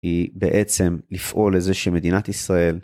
היא בעצם לפעול לזה שמדינת ישראל